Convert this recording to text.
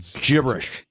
Gibberish